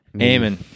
Amen